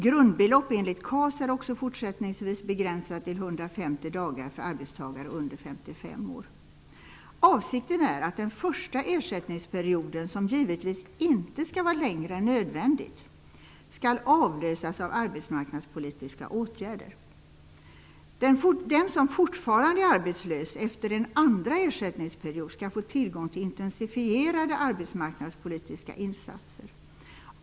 Grundbelopp enligt KAS är också fortsättningsvis begränsat till Avsikten är att den första ersättningsperioden, som givetvis inte skall vara längre än nödvändigt, skall avlösas av arbetsmarknadspolitiska åtgärder. Den som fortfarande är arbetslös efter en andra ersättningsperiod skall få tillgång till intensifierade arbetsmarknadspolitiska insatser.